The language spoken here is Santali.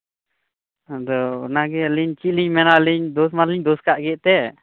ᱟᱫᱚ ᱚᱱᱟᱜᱮ ᱟᱹᱞᱤᱧ ᱪᱮᱫᱞᱤᱧ ᱢᱮᱱᱟ ᱫᱳᱥ ᱢᱟᱞᱤᱧ ᱫᱳᱥ ᱠᱟᱜ ᱜᱮ ᱮᱱᱛᱮᱫ